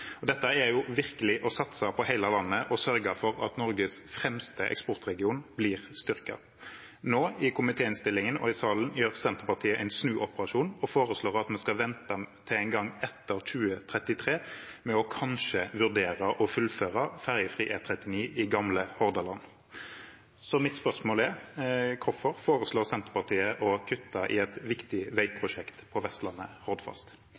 Dette er virkelig å satse på hele landet og å sørge for at Norges fremste eksportregion blir styrket. I komitéinnstillingen og i salen gjør Senterpartiet nå en snuoperasjon og foreslår at vi skal vente til en gang etter 2033 med kanskje å vurdere å fullføre ferjefri E39 i gamle Hordaland. Mitt spørsmål er: Hvorfor foreslår Senterpartiet å kutte i et viktig veiprosjekt på Vestlandet